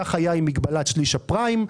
כך היה עם מגבלת שליש הפריים,